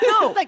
No